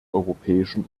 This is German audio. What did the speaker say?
europäischen